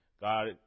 God